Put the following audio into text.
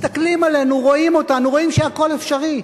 מסתכלים עלינו, רואים אותנו, רואים שהכול אפשרי.